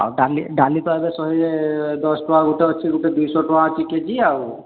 ଆଉ ଡାଲି ଡାଲି ତ ଏବେ ଶହେ ଦଶ ଟଙ୍କା ଗୋଟେ ଅଛି ଗୋଟେ ଦୁଇ ଶହ ଟଙ୍କା ଅଛି କେ ଜି ଆଉ